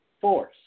Force